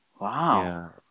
wow